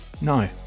No